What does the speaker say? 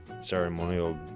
ceremonial